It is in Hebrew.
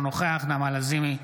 אינו נוכח נעמה לזימי,